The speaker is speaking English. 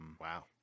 Wow